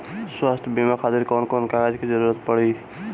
स्वास्थ्य बीमा खातिर कवन कवन कागज के जरुरत पड़ी?